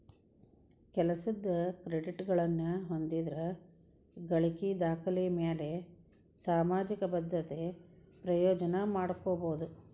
ಕೆಲಸದ್ ಕ್ರೆಡಿಟ್ಗಳನ್ನ ಹೊಂದಿದ್ರ ಗಳಿಕಿ ದಾಖಲೆಮ್ಯಾಲೆ ಸಾಮಾಜಿಕ ಭದ್ರತೆ ಪ್ರಯೋಜನ ಪಡ್ಕೋಬೋದು